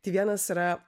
tai vienas yra